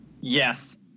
yes